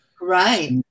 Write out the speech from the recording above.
right